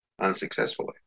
unsuccessfully